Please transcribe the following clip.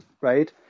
right